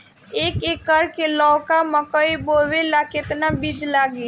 एक एकर मे लौका मकई बोवे ला कितना बिज लागी?